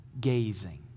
gazing